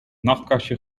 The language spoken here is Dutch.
nachtkastje